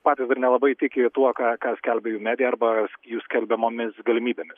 patys ir nelabai tiki tuo ką ką skelbia jų medija arba jų skelbiamomis galimybėmis